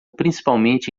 principalmente